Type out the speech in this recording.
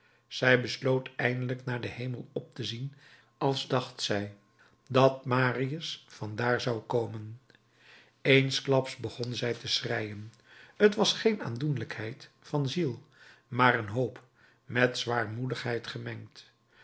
zij besloot eindelijk naar den hemel op te zien als dacht zij dat marius van daar zou komen eensklaps begon zij te schreien t was geen aandoenlijkheid van ziel maar een hoop met zwaarmoedigheid gemengd